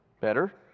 Better